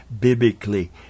biblically